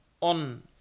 on